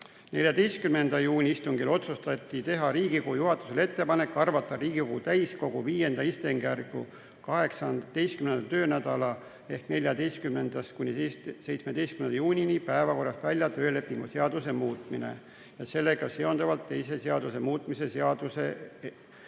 14. juuni istungil otsustati teha Riigikogu juhatusele ettepanek arvata Riigikogu täiskogu V istungjärgu 18. töönädala ehk 14.–17. juuni päevakorrast välja töölepingu seaduse muutmise ja sellega seonduvalt teiste seaduste muutmise seaduse